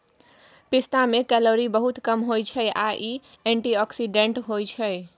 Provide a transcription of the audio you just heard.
पिस्ता मे केलौरी बहुत कम होइ छै आ इ एंटीआक्सीडेंट्स होइ छै